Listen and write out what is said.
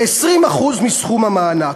20% מסכום המענק.